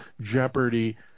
Jeopardy